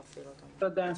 תודה.